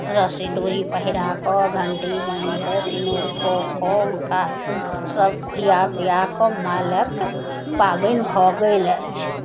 रस्सी डोरी पहिरा कऽ घण्टी बान्हिकऽ सिनुर कऽ कऽ हुनका सब खिया पिया कऽ मालक पाबनि भऽ गेल अछि